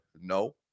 no